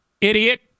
idiot